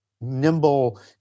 nimble